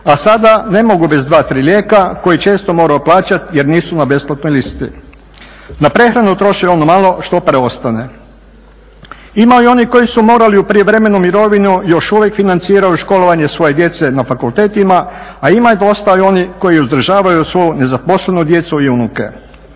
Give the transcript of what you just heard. a sada ne mogu bez 2, 3 lijeka koji često moraju plaćati jer nisu na besplatnoj listi. Na prehranu troše ono malo što preostane. Ima i onih koji su morali u prijevremenu mirovinu, još uvijek financiraju školovanje svoje djece na fakultetima, a ima i dosta onih koji uzdržavaju svoju nezaposlenu djecu i unuke.